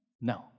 No